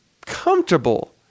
comfortable